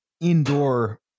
indoor